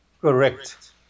Correct